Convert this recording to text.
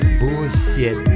bullshit